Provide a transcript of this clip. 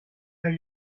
have